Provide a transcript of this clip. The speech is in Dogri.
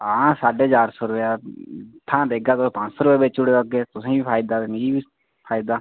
आं साढ़े चार सौ रपेऽ इत्थां देगा ते पंज सौ बेची देओ अग्गें तुहें गी फायदा ते मिगी बी फायदा